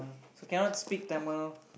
so cannot speak Tamil